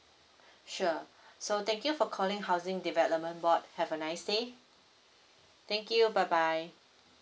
sure so thank you for calling housing development board have a nice day thank you bye bye